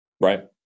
Right